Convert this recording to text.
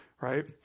right